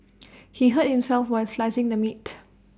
he hurt himself while slicing the meat